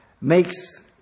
makes